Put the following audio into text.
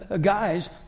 Guys